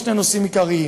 בשני נושאים עיקריים: